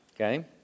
okay